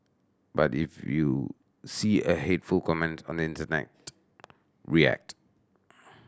but if you see a hateful comment on the internet react